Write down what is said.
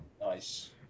nice